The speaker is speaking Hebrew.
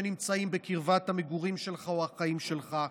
שנמצאים בקרבת המגורים שלך או החיים שלך,